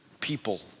people